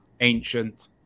ancient